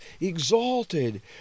exalted